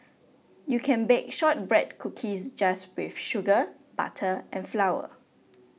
you can bake Shortbread Cookies just with sugar butter and flour